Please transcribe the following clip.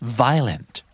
violent